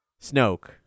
Snoke